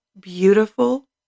beautiful